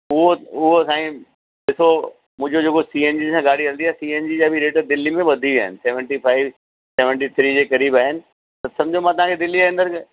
उहो उहो साईं ॾिसो मुंहिंजो जेको सी एन जी सां गाॾी हलंदी आहे सी एन जी जा बि रेट दिल्ली में वधी विया आहिनि सेविनटी फ़ाइव सेविनटी थ्री जे क़रीब आहिनि त सम्झो मां तव्हांखे दिल्लीअ जे अंदरि